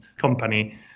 company